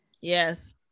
Yes